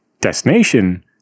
destination